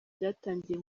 byatangiye